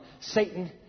Satan